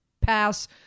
pass